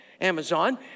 Amazon